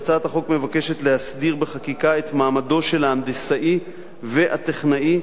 שהצעת החוק מבקשת להסדיר בחקיקה את מעמדו של ההנדסאי והטכנאי